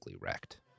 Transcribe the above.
wrecked